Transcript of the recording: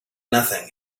nothing